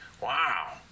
Wow